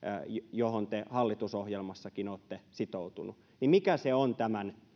johon te hallitusohjelmassakin olette sitoutuneet mikä on tämän